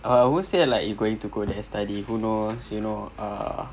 I always say like you going to go there study who knows you know err